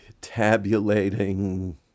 tabulating